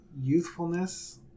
youthfulness